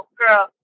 girl